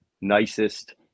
nicest